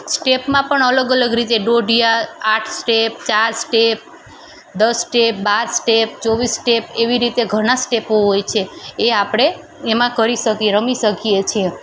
સ્ટેપમાં પણ અલગ અલગ રીતે ડોડીયા આઠ સ્ટેપ ચાર સ્ટેપ દસ સ્ટેપ બાર સ્ટેપ ચોવીસ સ્ટેપ એવી રીતે ઘણા સ્ટેપો હોય છે એ આપણે એમાં કરી શકી રમી શકીએ છીએ